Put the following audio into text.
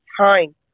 time